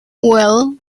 well